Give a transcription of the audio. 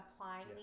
applying